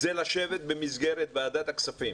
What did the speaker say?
זה לשבת במסגרת וועדת הכספים